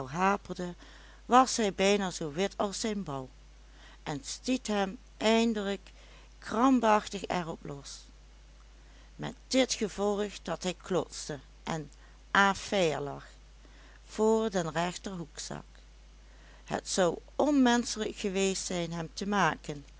haperde was hij bijna zoo wit als zijn bal en stiet hem eindelijk krampachtig er op los met dit gevolg dat hij klotste en à faire lag voor den rechter hoekzak het zou onmenschelijk geweest zijn hem te maken